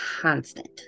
constant